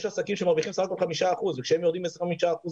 יש עסקים שמרוויחים סך הכול 5% וכשהם יורדים 25%